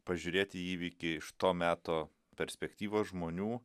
pažiūrėti į įvykį iš to meto perspektyvos žmonių